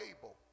able